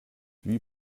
wie